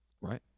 right